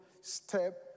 step